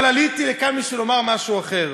אבל עליתי לכאן בשביל לומר משהו אחר.